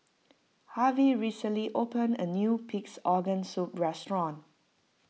Harvey recently opened a new Pig's Organ Soup restaurant